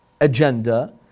agenda